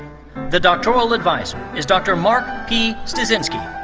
the doctoral adviser is dr. mark p. styczynski.